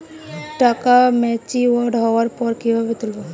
টাকা ম্যাচিওর্ড হওয়ার পর কিভাবে তুলব?